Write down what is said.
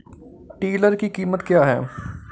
Tiller की कीमत क्या है?